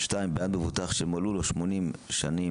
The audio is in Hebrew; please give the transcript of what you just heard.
2. בעד מבוטח שמלאו לו 80 שנים,